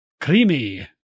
creamy